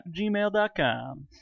gmail.com